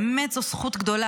באמת זו זכות גדולה,